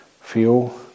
fuel